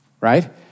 right